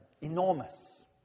Enormous